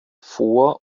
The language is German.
vor